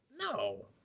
No